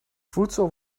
voedsel